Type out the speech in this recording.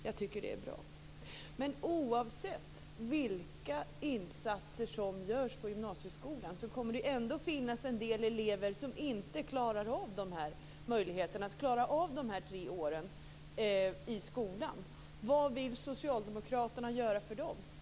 Jag tycker att det är bra. Men oavsett vilka insatser som görs i gymnasieskolan kommer det ändå att finnas en del elever som inte klarar av dessa tre år i skolan. Vad vill socialdemokraterna göra för dem?